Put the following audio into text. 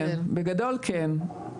בגדול, כן.